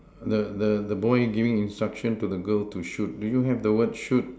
the the the boy giving instruction to the girl to shoot do you have the word shoot